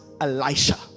Elisha